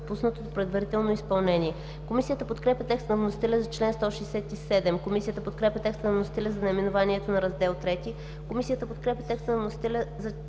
предварително изпълнение.“ Комисията подкрепя текста на вносителя за чл. 167. Комисията подкрепя текста на вносителя за наименованието на Раздел III. Комисията подкрепя текста на вносителя за